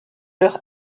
leur